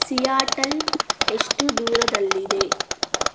Seattle ಎಷ್ಟು ದೂರದಲ್ಲಿದೆ